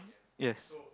yes